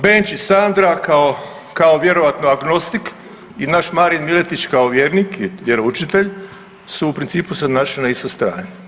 Benčić Sandra kao vjerojatno agnostik i naš Marin Miletić kao vjernik i vjeroučitelj su u principu se našli na istoj strani.